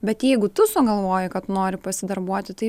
bet jeigu tu sugalvoji kad nori pasidarbuoti tai